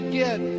get